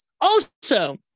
Also-